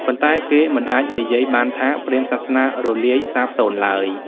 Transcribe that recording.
ប៉ុន្តែ គេមិនអាចនិយាយបានថាព្រាហ្មណ៍សាសនារលាយសាបសូន្យឡើយ។